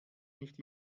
nicht